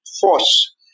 force